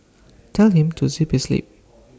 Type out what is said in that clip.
tell him to zip his lip